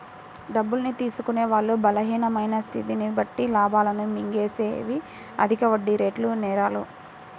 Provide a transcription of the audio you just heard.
డబ్బు తీసుకునే వాళ్ళ బలహీనమైన స్థితిని బట్టి లాభాలను మింగేసేవే అధిక వడ్డీరేటు నేరాలు